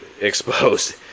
exposed